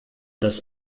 das